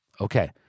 Okay